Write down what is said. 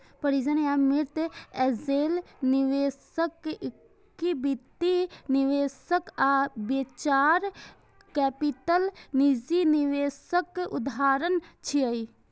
परिजन या मित्र, एंजेल निवेशक, इक्विटी निवेशक आ वेंचर कैपिटल निजी निवेशक उदाहरण छियै